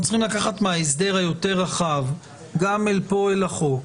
צריכים לקחת מההסדר היותר רחב אל החוק,